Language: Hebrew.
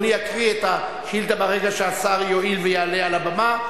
אדוני יקרא את השאילתא ברגע שהשר יואיל ויעלה על הבמה,